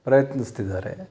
ಪ್ರಯತ್ನಿಸ್ತಿದ್ದಾರೆ